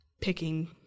picking